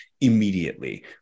immediately